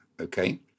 okay